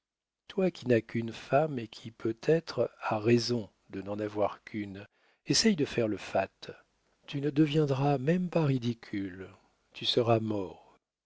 toi qui n'as qu'une femme et qui peut-être as raison de n'en avoir qu'une essaie de faire le fat tu ne deviendras même pas ridicule tu seras mort